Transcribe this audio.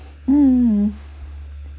hmm